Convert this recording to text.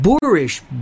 boorish